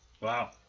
Wow